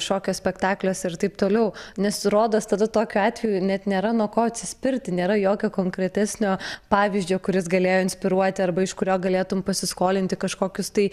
šokio spektakliuose ir taip toliau nes rodos tada tokiu atveju net nėra nuo ko atsispirti nėra jokio konkretesnio pavyzdžio kuris galėjo inspiruoti arba iš kurio galėtum pasiskolinti kažkokius tai